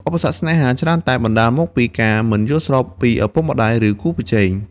ឧបសគ្គស្នេហា ច្រើនតែបណ្តាលមកពីការមិនយល់ស្របពីឪពុកម្តាយឬគូប្រជែង។